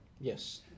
yes